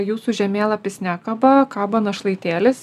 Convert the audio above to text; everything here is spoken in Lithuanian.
jūsų žemėlapis nekaba kaba našlaitėlis